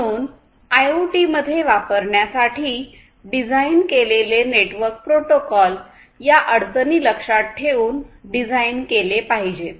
म्हणून आयओटी मध्ये वापरण्यासाठी डिझाइन केलेले नेटवर्क प्रोटोकॉल या अडचणी लक्षात ठेवून डिझाइन केले पाहिजेत